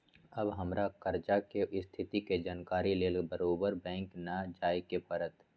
अब हमरा कर्जा के स्थिति के जानकारी लेल बारोबारे बैंक न जाय के परत्